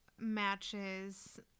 matches